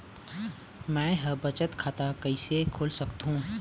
मै ह बचत खाता कइसे खोल सकथों?